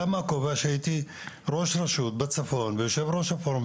אלא גם מהכובע שהייתי ראש רשות בצפון ויושב ראש הפורום,